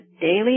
daily